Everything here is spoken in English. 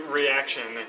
reaction